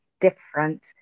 different